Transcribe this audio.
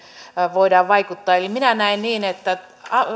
voidaan vaikuttaa eli minä näen niin että